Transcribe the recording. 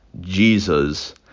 Jesus